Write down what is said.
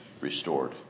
restored